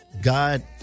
God